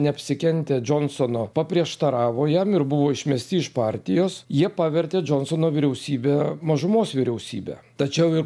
neapsikentę džonsono paprieštaravo jam ir buvo išmesti iš partijos jie pavertė džonsono vyriausybę mažumos vyriausybe tačiau ir